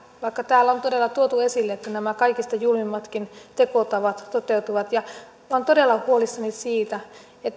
vaikka täällä on todella tuotu esille että nämä kaikista julmimmatkin tekotavat toteutuvat olen todella huolissani siitä miten